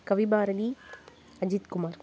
Kavibharathi Ajithkumar